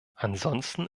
ansonsten